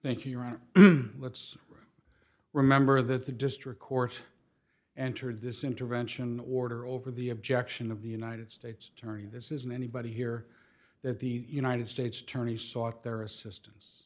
you let's remember that the district court entered this intervention order over the objection of the united states attorney this isn't anybody here that the united states attorney sought their assistance